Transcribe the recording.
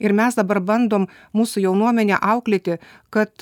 ir mes dabar bandom mūsų jaunuomenę auklėti kad